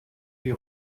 die